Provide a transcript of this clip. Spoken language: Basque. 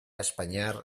espainiar